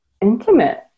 intimate